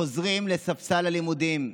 חוזרים לספסל הלימודים.